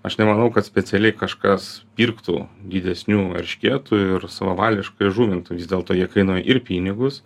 aš nemanau kad specialiai kažkas pirktų didesnių eršketų ir savavališkai žuvintų vis dėlto jie kainuoja ir pinigus